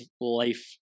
life